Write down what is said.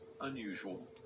unusual